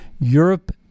Europe